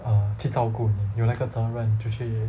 err 去照顾你有那个责任就去